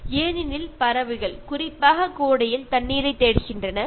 ചൂട് സമയങ്ങളിൽ പക്ഷികൾ വളരെ ദാഹിച്ചു വലഞ്ഞു വെള്ളത്തിനായി അലഞ്ഞു നടക്കാറുണ്ട്